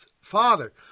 father